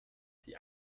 die